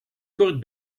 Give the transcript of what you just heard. kort